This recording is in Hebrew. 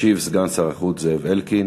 ישיב סגן שר החוץ זאב אלקין.